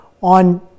on